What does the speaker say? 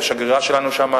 השגרירה שלנו שם,